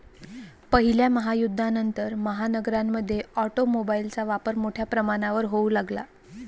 पहिल्या महायुद्धानंतर, महानगरांमध्ये ऑटोमोबाइलचा वापर मोठ्या प्रमाणावर होऊ लागला